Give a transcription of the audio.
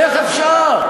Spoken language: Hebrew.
איך אפשר?